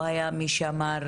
לא היה מי שאמר,